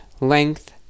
length